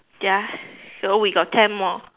ya so we got ten more